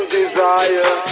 desire